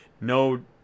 No